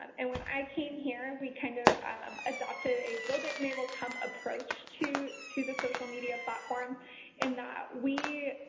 um and when i came here, we kind of adopted a build-it-and-they-will-come approach to to the social media platform in that we.